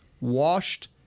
washed